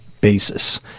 basis